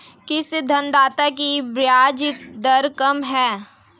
किस ऋणदाता की ब्याज दर कम है?